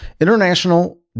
international